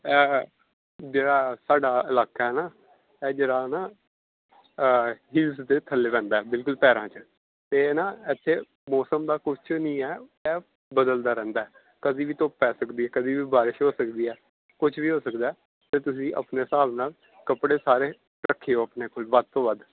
ਜਿਹੜਾ ਸਾਡਾ ਇਲਾਕਾ ਨਾ ਇਹ ਜਿਹੜਾ ਨਾ ਦੇ ਥੱਲੇ ਪੈਂਦਾ ਬਿਲਕੁਲ ਪੈਰਾਂ 'ਚ ਅਤੇ ਨਾ ਇੱਥੇ ਮੌਸਮ ਦਾ ਕੁਝ ਨਹੀਂ ਹੈ ਇਹ ਬਦਲਦਾ ਰਹਿੰਦਾ ਕਦੇ ਵੀ ਧੁੱਪ ਪੈ ਸਕਦੀ ਹੈ ਕਦੇ ਵੀ ਬਾਰਿਸ਼ ਹੋ ਸਕਦੀ ਹੈ ਕੁਛ ਵੀ ਹੋ ਸਕਦਾ ਅਤੇ ਤੁਸੀਂ ਆਪਣੇ ਹਿਸਾਬ ਨਾਲ ਕੱਪੜੇ ਸਾਰੇ ਰੱਖਿਓ ਆਪਣੇ ਕੋਲ ਵੱਧ ਤੋਂ ਵੱਧ